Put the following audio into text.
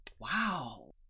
Wow